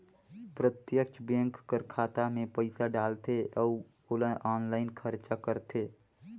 प्रत्यक्छ बेंक कर खाता में पइसा डालथे अउ ओला आनलाईन खरचा करथे